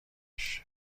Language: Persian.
گشت